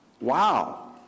Wow